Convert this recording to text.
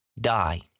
die